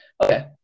Okay